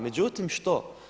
Međutim što?